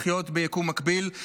לחיות ביקום מקביל,